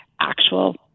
actual